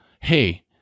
hey